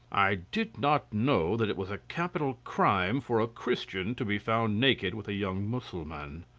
i did not know that it was a capital crime for a christian to be found naked with a young mussulman.